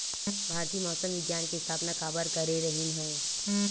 भारती मौसम विज्ञान के स्थापना काबर करे रहीन है?